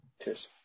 Cheers